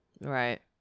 right